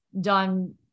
done